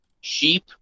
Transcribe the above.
sheep